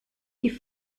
die